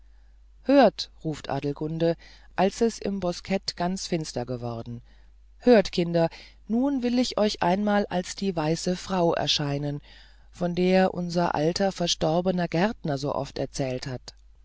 hört ruft adelgunde als es im boskett ganz finster geworden hört kinder nun will ich euch einmal als die weiße frau erscheinen von der unser alte verstorbene gärtner so oft erzählt hat